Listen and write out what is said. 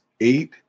eight